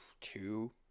two